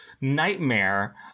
Nightmare